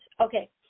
Okay